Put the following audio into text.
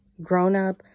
grown-up